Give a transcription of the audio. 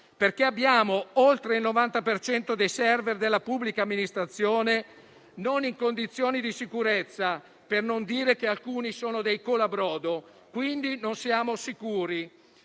abbiamo oltre il 90 per cento dei *server* della pubblica amministrazione non in condizioni di sicurezza, per non dire che alcuni sono dei colabrodo e quindi non siamo sicuri.